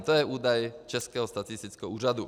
To je údaj Českého statistického úřadu.